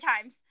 times